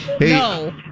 No